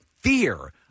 fear